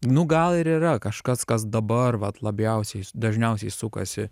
nu gal ir yra kažkas kas dabar vat labiausiai dažniausiai sukasi